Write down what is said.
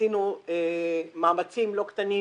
עשינו מאמצים לא קטנים